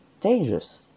dangerous